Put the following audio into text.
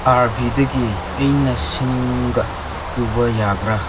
R ꯕꯤꯗꯒꯤ ꯑꯩꯅ ꯁꯤꯡꯒ ꯄꯨꯕ ꯌꯥꯕ꯭ꯔꯥ